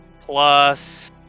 plus